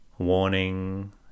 warning